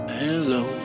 hello